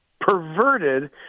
perverted